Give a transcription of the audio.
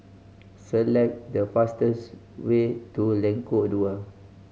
select the fastest way to Lengkok Dua